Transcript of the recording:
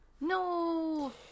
No